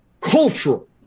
cultural